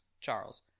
charles